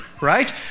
right